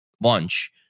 lunch